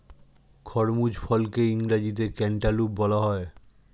খরমুজ ফলকে ইংরেজিতে ক্যান্টালুপ বলা হয়